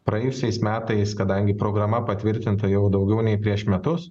praėjusiais metais kadangi programa patvirtinta jau daugiau nei prieš metus